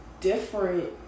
different